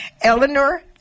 Eleanor